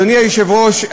אדוני היושב-ראש,